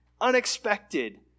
unexpected